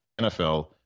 NFL